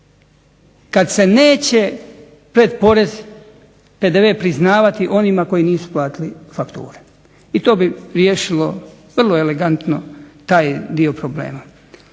kada se neće pred porez PDV priznavati onima koji nisu platili fakture, to bi riješilo elegantno taj dio problema.